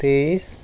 তেইশ